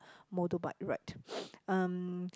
motor bike ride um